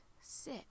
sit